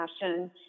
passion